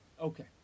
Okay